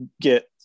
get